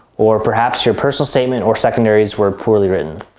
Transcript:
or perhaps your personal statement or secondaries were poorly written.